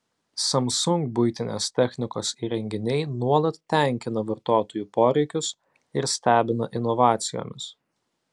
samsung buitinės technikos įrenginiai nuolat tenkina vartotojų poreikius ir stebina inovacijomis